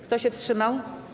Kto się wstrzymał?